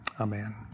Amen